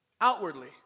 outwardly